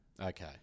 Okay